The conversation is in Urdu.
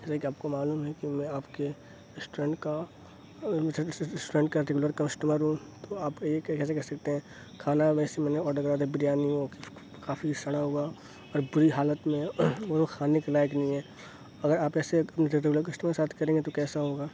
جیسا کہ آپ کو معلوم ہے کہ میں آپ کے ریسٹورینٹ کا ریسٹورینٹ کا ریگولر کسٹمر ہوں تو آپ یہ کیسے کہہ سکتے ہیں کھانا ویسے میں نے آڈر کرا تھا بریانی کافی سڑا ہوا اور بری حالت میں وہ تو کھانے کے لائق نہیں ہے اگر آپ ایسے ریگولر کسٹمر کے ساتھ کریں گے تو کیسا ہوگا